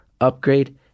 upgrade